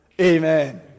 Amen